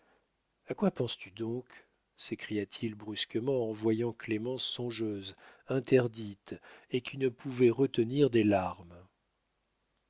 a quoi penses-tu donc s'écria-t-il brusquement en voyant clémence songeuse interdite et qui ne pouvait retenir des larmes